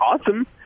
awesome